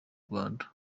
rwanda